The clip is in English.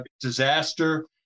disaster